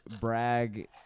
brag